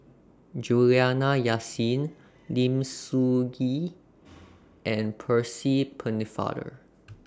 Juliana Yasin Lim Soo Ngee and Percy Pennefather